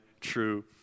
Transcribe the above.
true